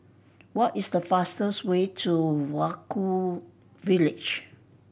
what is the fastest way to Vaiaku village